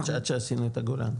אנחנו --- עד שעשינו את הגולן,